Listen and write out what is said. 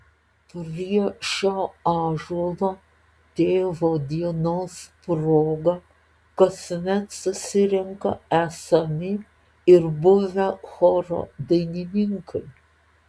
prie šio ąžuolo tėvo dienos proga kasmet susirenka esami ir buvę choro dainininkai